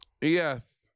yes